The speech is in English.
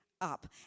up